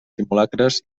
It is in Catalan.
simulacres